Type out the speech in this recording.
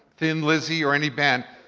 thin lizzy or any band,